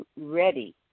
ready